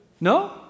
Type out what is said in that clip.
No